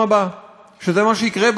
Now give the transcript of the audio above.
שזה מה שיקרה בתקלה הבאה,